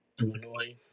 Illinois